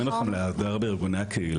אז אני מאוד מזמין אתכם להיעזר בארגוני הקהילה.